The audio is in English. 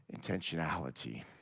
intentionality